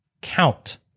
count